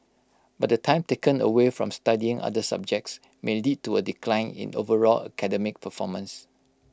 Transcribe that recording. but the time taken away from studying other subjects may lead to A decline in overall academic performance